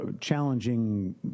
challenging